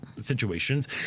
situations